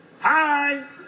hi